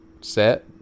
set